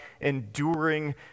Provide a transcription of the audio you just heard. enduring